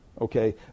Okay